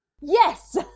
Yes